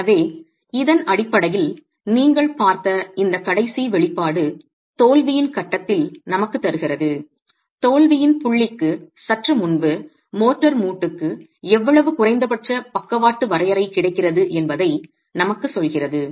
எனவே இதன் அடிப்படையில் நீங்கள் பார்த்த இந்த கடைசி வெளிப்பாடு தோல்வியின் கட்டத்தில் நமக்குத் தருகிறது தோல்வியின் புள்ளிக்கு சற்று முன்பு மோர்டார் மூட்டுக்கு எவ்வளவு குறைந்தபட்ச பக்கவாட்டு வரையறை கிடைக்கிறது என்பதை நமக்குச் சொல்கிறது